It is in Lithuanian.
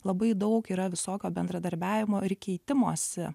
labai daug yra visokio bendradarbiavimo ir keitimosi